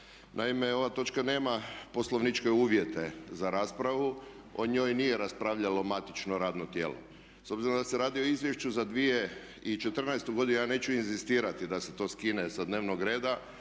Naime, ova točka nema poslovničke uvjete za raspravu, o njoj nije raspravljalo matično radno tijelo. S obzirom da se radi o izvješću za 2014. godinu ja neću inzistirati da se to skine sa dnevnog reda,